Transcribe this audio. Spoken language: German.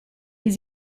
die